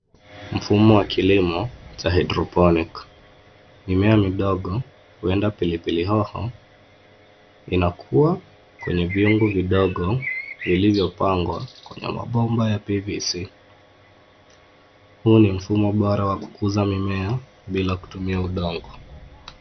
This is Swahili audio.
Mfumo wa kilimo cha hydroponic . Mimea midogo huenda pilipili hoho inakua kwenye vyungu vidogo, vilivyopangwa kwenye mabomba ya pvc . Huu ni mfumo bora wa kukuza mimea bila kutumia udongo.